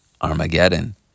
Armageddon